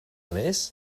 més